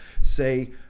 say